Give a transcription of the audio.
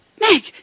Meg